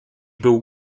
był